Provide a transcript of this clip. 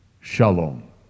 shalom